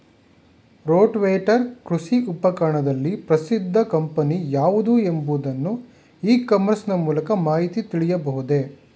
Rotavator ಕೃಷಿ ಉಪಕರಣದಲ್ಲಿ ಪ್ರಸಿದ್ದ ಕಂಪನಿ ಯಾವುದು ಎಂಬುದನ್ನು ಇ ಕಾಮರ್ಸ್ ನ ಮೂಲಕ ಮಾಹಿತಿ ತಿಳಿಯಬಹುದೇ?